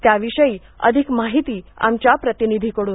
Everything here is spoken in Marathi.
त्याविषयी अधिक माहिती आमच्या प्रतिनिधीकडून